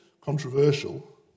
controversial